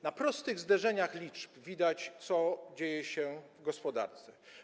Na prostych zderzeniach liczb widać, co dzieje się w gospodarce.